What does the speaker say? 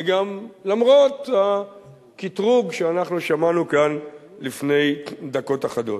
אלא גם למרות הקטרוג שאנחנו שמענו כאן לפני דקות אחדות.